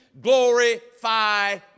glorify